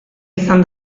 izan